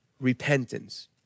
repentance